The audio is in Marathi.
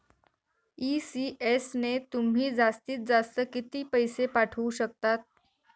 ई.सी.एस ने तुम्ही जास्तीत जास्त किती पैसे पाठवू शकतात?